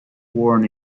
worn